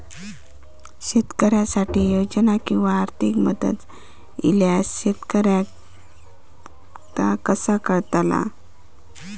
शेतकऱ्यांसाठी योजना किंवा आर्थिक मदत इल्यास शेतकऱ्यांका ता कसा कळतला?